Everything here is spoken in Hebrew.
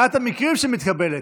מעטים המקרים שהיא מתקבלת.